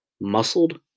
Muscled